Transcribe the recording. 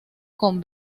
con